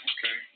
Okay